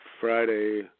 Friday